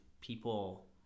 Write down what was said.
people